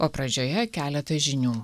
o pradžioje keletas žinių